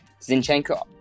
Zinchenko